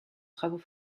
travaux